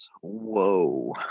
Whoa